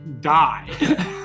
die